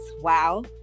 wow